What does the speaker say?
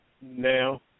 now